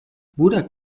pura